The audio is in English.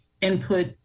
input